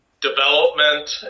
development